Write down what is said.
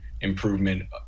improvement